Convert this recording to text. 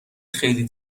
خیلی